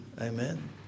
Amen